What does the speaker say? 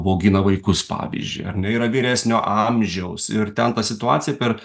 augina vaikus pavyzdžiui ar ne yra vyresnio amžiaus ir ten ta situacija per